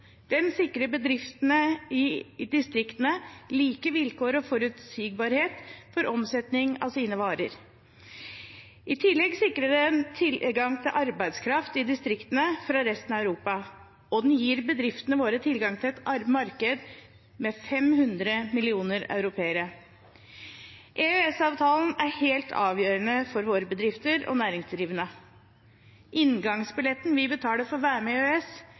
Den sikrer bedriftene i distriktene like vilkår og forutsigbarhet for omsetning av sine varer. I tillegg sikrer den tilgang til arbeidskraft i distriktene fra resten av Europa, og den gir bedriftene våre tilgang til et marked med 500 millioner europeere. EØS-avtalen er helt avgjørende for våre bedrifter og næringsdrivende. Inngangsbilletten vi betaler for å være med i EØS,